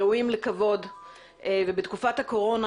ראויים לכבוד ובתקופת הקורונה,